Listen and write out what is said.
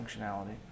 functionality